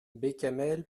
bécamel